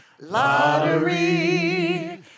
lottery